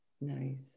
nice